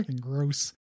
gross